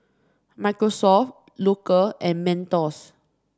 Microsoft Loacker and Mentos